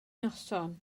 noson